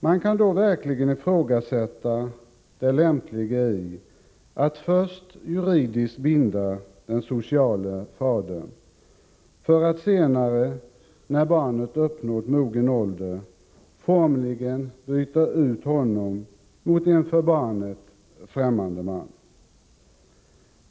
Man kan då verkligen ifrågasätta det lämpliga i att först juridiskt binda den sociale fadern för att senare, när barnet uppnått mogen ålder, formligen byta ut honom mot en för barnet främmande man.